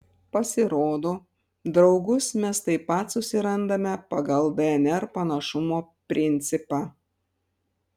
pasirodo draugus mes taip pat susirandame pagal dnr panašumo principą